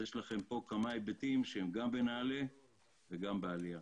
יש לכם פה כמה היבטים שהם גם בנעל"ה וגם בעלייה.